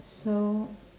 so